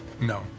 No